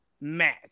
match